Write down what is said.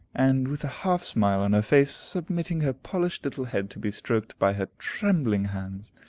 and, with a half smile on her face, submitting her polished little head to be stroked by her trembling hands!